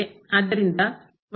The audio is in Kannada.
ಆದ್ದರಿಂದ ಇದು 0 ಆಗಿರುತ್ತದೆ